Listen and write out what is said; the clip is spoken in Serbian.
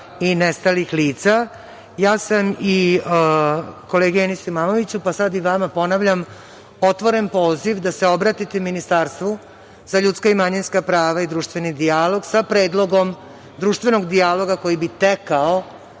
i nestalih lica. Ja sam i kolegi Enisu Imamoviću, pa sada i vama ponavljam otvoren poziv da se obratite Ministarstvu za ljudska i manjinska prava i društveni dijalog sa predlogom društvenog dijaloga koji bi tekao